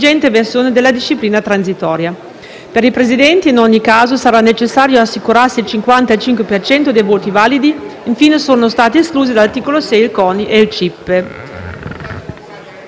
versione della disciplina transitoria. Per i presidenti, in ogni caso sarà necessario assicurarsi il 55 per cento dei voti validi. Infine, sono stati esclusi dall'articolo 6 il CONI e il CIP.